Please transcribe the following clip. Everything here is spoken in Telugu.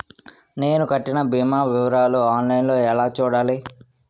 నేను కట్టిన భీమా వివరాలు ఆన్ లైన్ లో ఎలా చూడాలి?